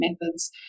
methods